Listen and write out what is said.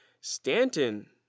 Stanton